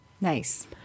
Nice